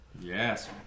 Yes